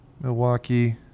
Milwaukee